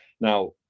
Now